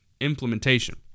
implementation